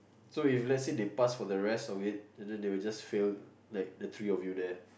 so if let's say they pass for the rest of it and then they will just fail like the three of you there